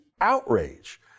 outrage